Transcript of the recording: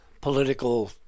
political